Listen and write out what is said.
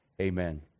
amen